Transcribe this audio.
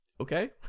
Okay